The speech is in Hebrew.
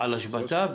על השבתה,